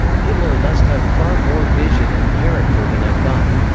hitler must have far more vision and character than i thought,